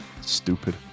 Stupid